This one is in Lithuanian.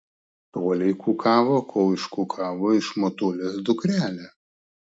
tolei kukavo kol iškukavo iš motulės dukrelę